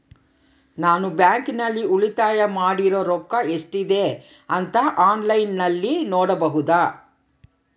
ನಾನು ಬ್ಯಾಂಕಿನಲ್ಲಿ ಉಳಿತಾಯ ಮಾಡಿರೋ ರೊಕ್ಕ ಎಷ್ಟಿದೆ ಅಂತಾ ಆನ್ಲೈನಿನಲ್ಲಿ ನೋಡಬಹುದಾ?